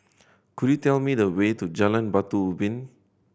could you tell me the way to Jalan Batu Ubin